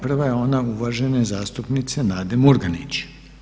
Prva je ona uvažene zastupnice Nade Murganić.